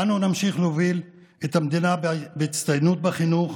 אנו נמשיך להוביל את המדינה בהצטיינות בחינוך,